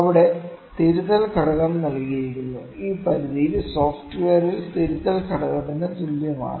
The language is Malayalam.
അവിടെ തിരുത്തൽ ഘടകം നൽകിയിരിക്കുന്നു ഈ പരിധിയിൽ സോഫ്റ്റ്വെയറിൽ തിരുത്തൽ ഘടകത്തിന് തുല്യമാണ്